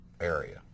area